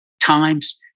times